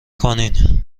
کنین